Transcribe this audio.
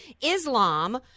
Islam